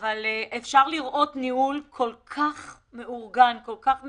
אפשר לראות ניהול כל כך מאורגן, כל כך מסודר.